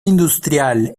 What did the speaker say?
industrial